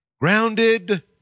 grounded